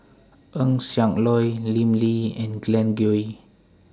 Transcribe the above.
Eng Siak Loy Lim Lee and Glen Goei